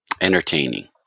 entertaining